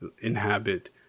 inhabit